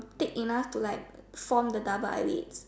thick enough to like form the double eyelid